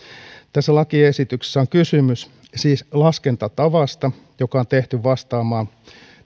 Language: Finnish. tässä lakiesityksessä on kysymys siis laskentatavasta joka on tehty vastaamaan